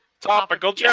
Topical